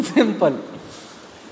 Simple